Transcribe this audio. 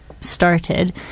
started